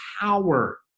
power